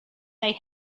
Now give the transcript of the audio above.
they